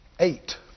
Eight